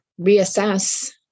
reassess